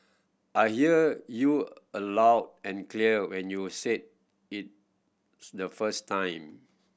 I hear you aloud and clear when you said it the first time